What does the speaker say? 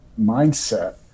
mindset